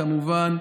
כמובן,